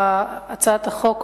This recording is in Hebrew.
הצעת החוק,